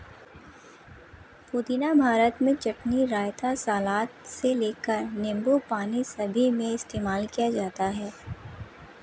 पुदीना भारत में चटनी, रायता, सलाद से लेकर नींबू पानी सभी में इस्तेमाल किया जाता है